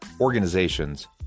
organizations